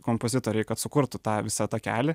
kompozitoriai kad sukurtų tą visą takelį